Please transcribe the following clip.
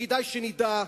וכדאי שנדע,